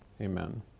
amen